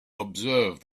observe